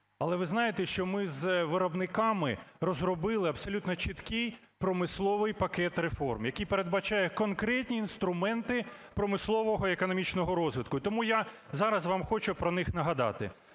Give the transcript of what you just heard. Але ви знаєте, що ми з виробниками розробили абсолютно чіткий промисловий пакет реформ, який передбачає конкретні інструменти промислового і економічного розвитку. І тому я зараз вам хочу про них нагадати.